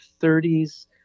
30s